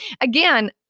Again